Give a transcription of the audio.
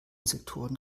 sektoren